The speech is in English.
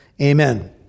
amen